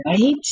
Right